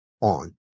on